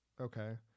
Okay